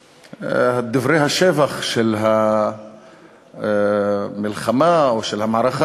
ודברי השבח של המלחמה או של המערכה